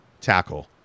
tackle